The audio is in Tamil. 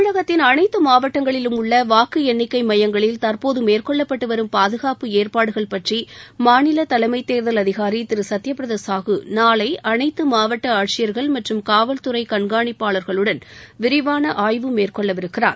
தமிழகத்தின் அனைத்து மாவட்டங்களிலும் உள்ள வாக்கு எண்ணிக்கை மையங்களில் தற்போது மேற்கொள்ளப்பட்டு வரும் பாதுகாப்பு ஏற்பாடுகள் பற்றி மாநில தலைமைத் தேர்தல் அதினாரி திரு சத்யபிரத சாஹூ நாளை அனைத்து மாவட்ட ஆட்சியர்கள் மற்றும் காவல்துறை கண்கானிப்பாளர்களுடன் விரிவான ஆய்வு மேற்கொள்ளவிருக்கிறார்